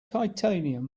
titanium